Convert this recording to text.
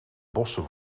bossen